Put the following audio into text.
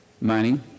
money